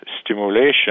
stimulation